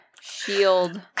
shield